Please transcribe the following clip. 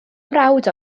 mrawd